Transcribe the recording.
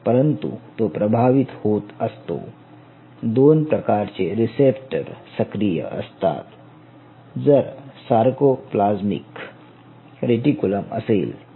परंतु तो प्रभावित होत असतो 2 प्रकारचे रिसेप्टर सक्रिय असतात जर सारकोप्लाज्मिक रेटिकुलम असेल तर